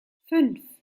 fünf